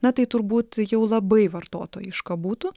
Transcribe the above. na tai turbūt jau labai vartotojiška būtų